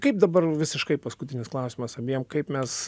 kaip dabar visiškai paskutinis klausimas abiem kaip mes